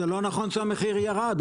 זה לא נכון שהמחיר ירד.